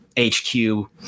HQ